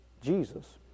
jesus